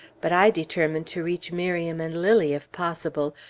but i determined to reach miriam and lilly if possible,